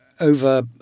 over